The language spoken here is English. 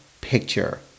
picture